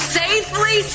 safely